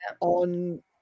on